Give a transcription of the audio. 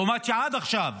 לעומת זה שעד עכשיו